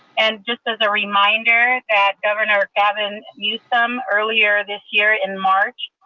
and just as a reminder, that governor gavin newsome earlier this year in march,